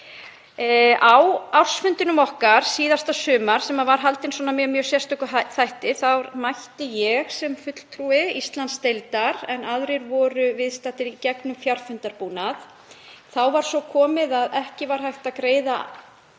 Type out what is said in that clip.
Á ársfundinum okkar síðasta sumar, sem var haldinn með mjög sérstökum hætti, mætti ég sem fulltrúi Íslandsdeildar en aðrir voru viðstaddir í gegnum fjarfundabúnað. Þá var svo komið að ekki var hægt að greiða